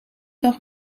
dag